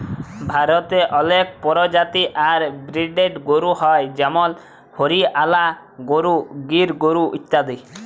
ভারতে অলেক পরজাতি আর ব্রিডের গরু হ্য় যেমল হরিয়ালা গরু, গির গরু ইত্যাদি